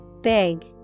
Big